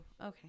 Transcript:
okay